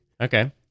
Okay